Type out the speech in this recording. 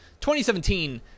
2017